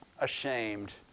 ashamed